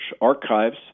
archives